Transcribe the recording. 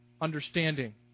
understanding